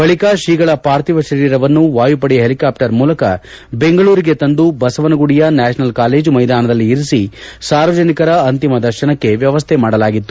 ಬಳಿಕ ಶ್ರೀಗಳ ಪಾರ್ಥಿವ ಶರೀರವನ್ನು ವಾಯುಪಡೆಯ ಹೆಲಿಕಾಪ್ಲರ್ ಮೂಲಕ ದೆಂಗಳೂರಿಗೆ ತಂದು ಬಸವನಗುಡಿಯ ನ್ಯಾಷನಲ್ ಕಾಲೇಜು ಮೈದಾನದಲ್ಲಿ ಇರಿಸಿ ಸಾರ್ವಜನಿಕರ ಅಂತಿಮ ದರ್ಶನಕ್ಕೆ ವ್ಯವಸ್ಥೆ ಮಾಡಲಾಗಿತ್ತು